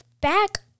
back